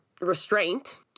restraint